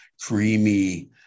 creamy